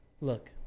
look